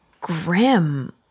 grim